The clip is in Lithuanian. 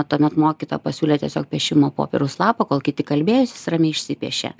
tuomet mokytoja pasiūlė tiesiog piešimo popieriaus lapą kol kiti kalbėjo jis ramiai išsipiešė